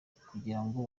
kugirango